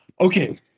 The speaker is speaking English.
Okay